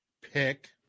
pick